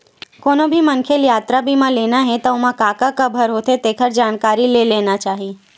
कोनो भी मनखे ल यातरा बीमा लेना हे त ओमा का का कभर होथे तेखर जानकारी ले लेना चाही